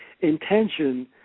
intention